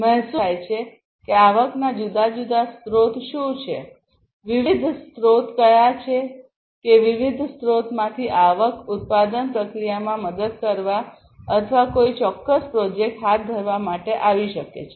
મહેસૂલ પ્રવાહનો અર્થ થાય છે કે આવકના જુદા જુદા સ્રોત શું છે વિવિધ સ્રોત કયા છે કે વિવિધ સ્રોતમાંથી આવક ઉત્પાદન પ્રક્રિયામાં મદદ કરવા અથવા કોઈ ચોક્કસ પ્રોજેક્ટ હાથ ધરવા માટે આવી શકે છે